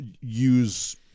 use